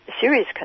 serious